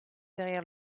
derrière